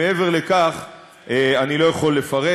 מעבר לכך אני לא יכול לפרט,